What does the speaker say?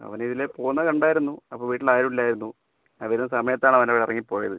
അവനിതിലെ പോകുന്ന കണ്ടായിരുന്നു അപ്പോൾ വീട്ടിലാരും ഇല്ലായിരുന്നു ഞാൻ വരുന്ന സമയത്താണ് അവനിവടന്നിറങ്ങി പോയത്